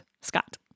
Scott